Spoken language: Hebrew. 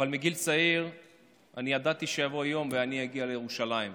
אבל מגיל צעיר ידעתי שיבוא יום ואני אגיע לירושלים.